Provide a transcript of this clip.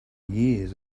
years